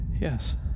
Yes